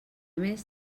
més